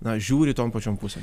na žiūri ton pačion pusėn